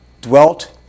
dwelt